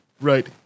right